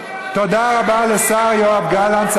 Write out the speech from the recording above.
תודה רבה לשר יואב גלנט,